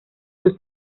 sus